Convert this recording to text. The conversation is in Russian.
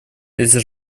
если